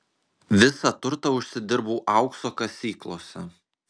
visą turtą užsidirbau aukso kasyklose